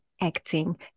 acting